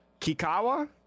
Kikawa